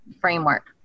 framework